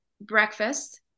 breakfast